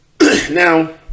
Now